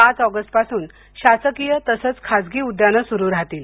पाच ऑगस्टपासून शासकीय तसेच खासगी उद्यानं सुरू राहतील